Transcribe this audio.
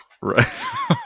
Right